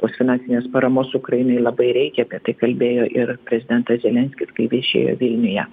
o finansinės paramos ukrainai labai reikia apie tai kalbėjo ir prezidentas zelenskis kai viešėjo vilniuje